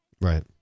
Right